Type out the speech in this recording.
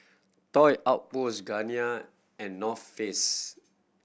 Toy Outpost Garnier and North Face